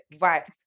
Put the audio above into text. right